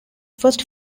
first